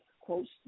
quotes